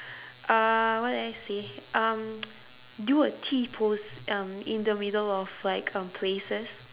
uh what do I say um do a t-pose um in the middle of like um places